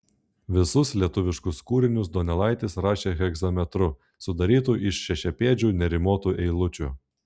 visus lietuviškus kūrinius donelaitis rašė hegzametru sudarytu iš šešiapėdžių nerimuotų eilučių